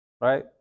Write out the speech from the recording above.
right